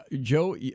Joe